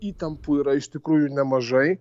įtampų yra iš tikrųjų nemažai